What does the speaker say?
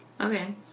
Okay